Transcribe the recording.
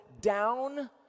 down